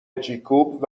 جیکوب